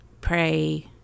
pray